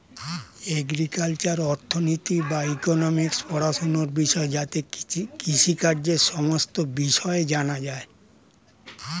agricultural অর্থনীতি বা economics পড়াশোনার বিষয় যাতে কৃষিকাজের সমস্ত বিষয় জানা যায়